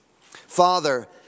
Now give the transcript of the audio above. Father